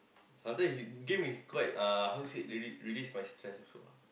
sometimes it game is quite uh how to say release release my stress also